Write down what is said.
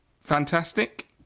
fantastic